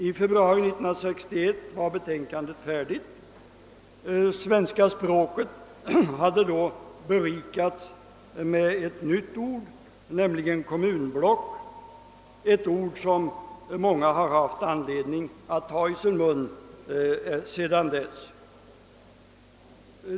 I februari 1961 var betänkandet färdigt. Det svenska språket hade då berikats med ett nytt ord, nämligen kommunblock, ett ord som många har haft anledning att ta i sin mun sedan dess.